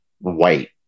white